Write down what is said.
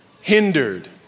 hindered